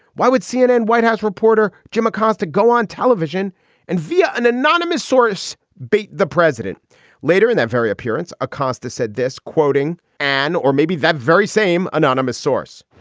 why would cnn white house reporter jim acosta go on television and via an anonymous source, beat the president later in that very appearance? acosta said this quoting and or maybe that very same anonymous source,